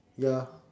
ya